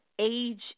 age